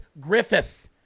Griffith